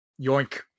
Yoink